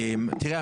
תראה,